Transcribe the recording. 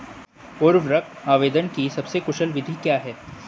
उर्वरक आवेदन की सबसे कुशल विधि क्या है?